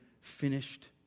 finished